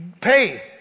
pay